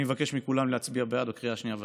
אני מבקש מכולם להצביע בעד בקריאה השנייה והשלישית.